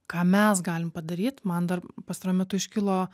ką mes galim padaryt man dar pastaruoju metu iškilo